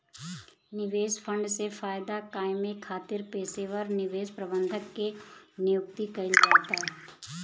निवेश फंड से फायदा कामये खातिर पेशेवर निवेश प्रबंधक के नियुक्ति कईल जाता